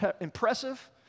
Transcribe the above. impressive